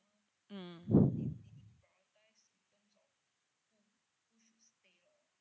mm